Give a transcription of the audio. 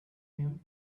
him